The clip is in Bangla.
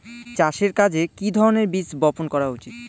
চাষের কাজে কি ধরনের বীজ বপন করা উচিৎ?